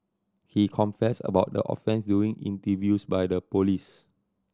he confessed about the offence during interviews by the police